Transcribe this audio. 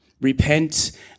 Repent